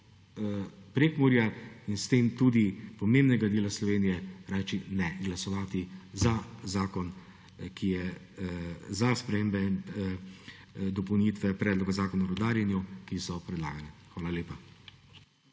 Prekmurja in s tem tudi pomembnega dela Slovenija reči: ne. In glasovati za spremembe in dopolnitve predloga Zakona o rudarjenju, ki so predlagane. Hvala lepa.